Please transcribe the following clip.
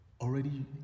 already